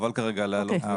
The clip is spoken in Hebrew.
חבל כרגע להעלות את הנושא.